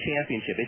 championship